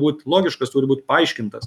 būt logiškas turi būt paaiškintas